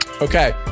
okay